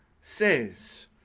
says